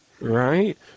Right